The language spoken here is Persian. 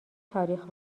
تاریخ